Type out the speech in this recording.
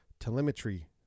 telemetry